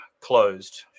closed